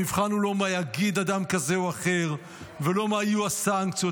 המבחן הוא לא מה יגיד אדם כזה או אחר ולא מה יהיו הסנקציות,